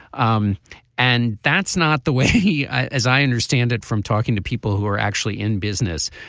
um and that's not the way he as i understand it from talking to people who are actually in business.